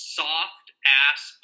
soft-ass